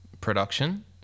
production